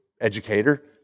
educator